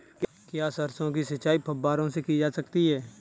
क्या सरसों की सिंचाई फुब्बारों से की जा सकती है?